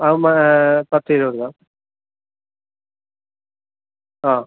പത്തു കിലോ എടുക്കാം ആ